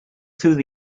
through